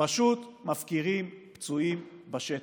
פשוט מפקירים פצועים בשטח,